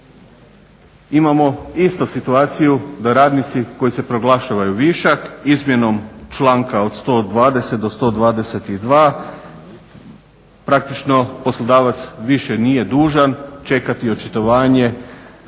Imamo istu situaciju da radnici koji se proglašavaju višak izmjenom članka od 120. do 122. praktično poslodavac više nije dužan čekati očitovanje Zavoda